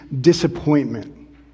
disappointment